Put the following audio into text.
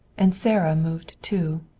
and sara moved too.